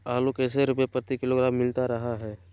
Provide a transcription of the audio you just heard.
आलू कैसे रुपए प्रति किलोग्राम मिलता रहा है?